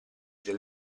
del